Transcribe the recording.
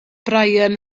bryan